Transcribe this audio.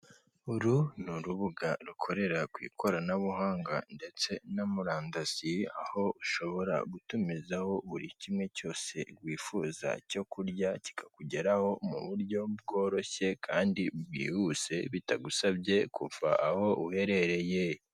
Uru ni urubuga rukorera ku ikoranabuhanga ndetse na murandasiye aho ushobora gutumizaho buri kimwe cyose wifuza cyo kurya kikakugeraho mu buryo bworoshye kandi bwihuse bitagusabye kuva aho uherereye.